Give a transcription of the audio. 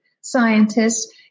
scientists